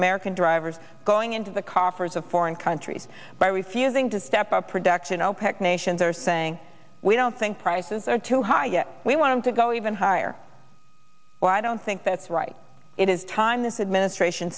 american drivers going into the coffers of foreign countries by refusing to step up production opec nations are saying we don't think prices are too high yet we want to go even higher so i don't think that's right it is time this administration